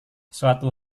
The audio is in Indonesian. suatu